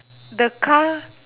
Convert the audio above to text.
the car